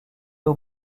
aux